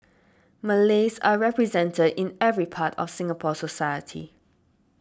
Malays are represented in every part of Singapore society